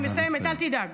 אני מסיימת, אל תדאג.